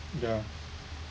ya